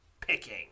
Picking